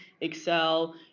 Excel